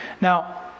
Now